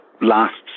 lasts